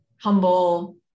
humble